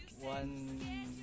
One